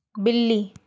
बिल्ली